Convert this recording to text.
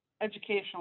educational